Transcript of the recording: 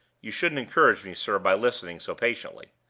you shouldn't encourage me, sir, by listening, so patiently.